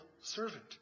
servant